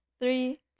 three